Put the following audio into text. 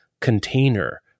container